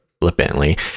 flippantly